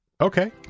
okay